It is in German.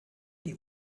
die